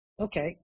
Okay